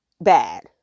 bad